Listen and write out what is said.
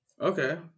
okay